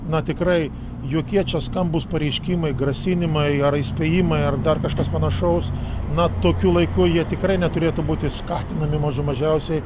na tikrai jokie čia skambūs pareiškimai grasinimai ar įspėjimai ar dar kažkas panašaus na tokiu laiku jie tikrai neturėtų būti skatinami mažų mažiausiai